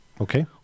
Okay